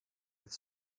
with